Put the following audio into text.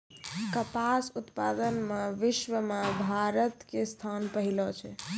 कपास उत्पादन मॅ विश्व मॅ भारत के स्थान पहलो छै